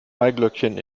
maiglöckchen